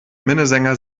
minnesänger